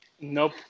Nope